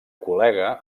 col·lega